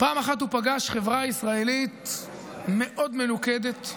פעם אחת הוא פגש חברה ישראלית מאוד מלוכדת,